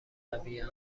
منزوین